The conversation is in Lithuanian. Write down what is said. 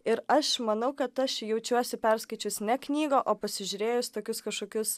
ir aš manau kad aš jaučiuosi perskaičius ne knygą o pasižiūrėjus tokius kažkokius